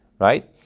right